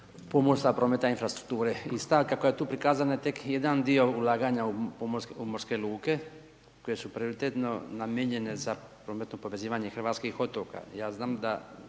pomorstva, prometa i infrastrukture. I stavka koja je tu prikazana je tek jedan dio ulaganja u pomorske luke koje su prioritetno namijenjeno za prometno povezivanje hrvatskih otoka. Ja znam da